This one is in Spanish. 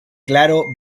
claro